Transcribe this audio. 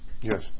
Yes